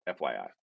FYI